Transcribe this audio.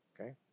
Okay